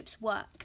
work